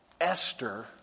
Esther